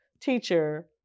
teacher